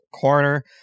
Corner